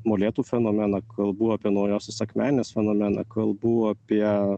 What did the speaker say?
molėtų fenomeną kalbų apie naujosios akmenės fenomeną kalbų apie